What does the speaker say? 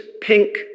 pink